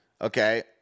Okay